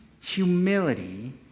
humility